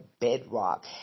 bedrock